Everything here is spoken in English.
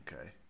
okay